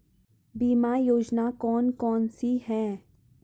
बीमा योजना कौन कौनसी हैं?